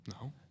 No